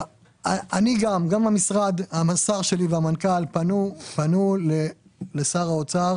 גם שר החקלאות וגם המנכ"ל פנו לשר האוצר